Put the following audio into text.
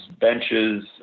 benches